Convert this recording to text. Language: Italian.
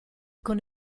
con